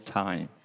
time